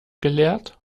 geleert